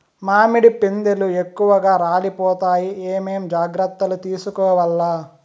మామిడి పిందెలు ఎక్కువగా రాలిపోతాయి ఏమేం జాగ్రత్తలు తీసుకోవల్ల?